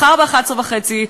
מחר ב-11:30,